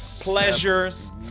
pleasures